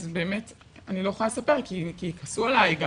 אז באמת אני לא יכולה לספר כי יכעסו עלי,